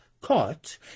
caught